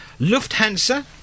Lufthansa